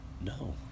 no